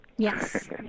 Yes